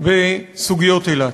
בסוגיות אילת.